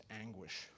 anguish